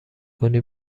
کنی